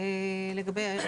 לגבי הערך.